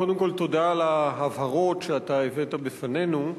קודם כול תודה על ההבהרות שאתה הבאת בפנינו.